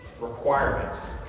requirements